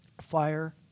fire